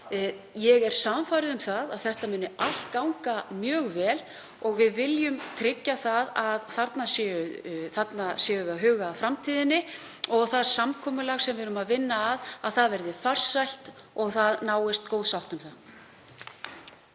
Ég er sannfærð um að þetta muni allt ganga mjög vel og við viljum tryggja að þarna hugum við að framtíðinni og að það samkomulag sem við erum að vinna að verði farsælt og góð sátt náist um það.